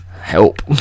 Help